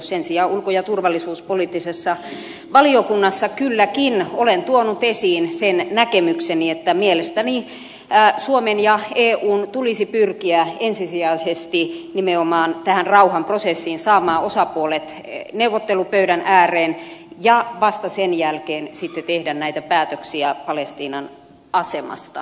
sen sijaan ulko ja turvallisuuspoliittisessa valiokunnassa kylläkin olen tuonut esiin sen näkemykseni että mielestäni suomen ja eun tulisi pyrkiä ensisijaisesti nimenomaan tähän rauhanprosessiin saamaan osapuolet neuvottelupöydän ääreen ja vasta sen jälkeen sitten tehdä näitä päätöksiä palestiinan asemasta